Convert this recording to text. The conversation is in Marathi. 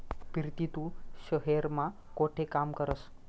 पिरती तू शहेर मा कोठे काम करस?